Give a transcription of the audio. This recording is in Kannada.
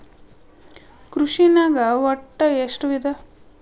ಕೃಷಿನಾಗ್ ಒಟ್ಟ ಎಷ್ಟ ವಿಧ?